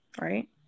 right